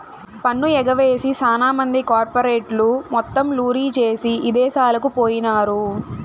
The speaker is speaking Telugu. పన్ను ఎగవేసి సాన మంది కార్పెరేట్లు మొత్తం లూరీ జేసీ ఇదేశాలకు పోయినారు